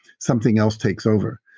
something else takes over.